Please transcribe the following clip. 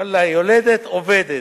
ואללה, יולדת עובדת,